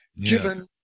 Given